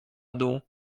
dół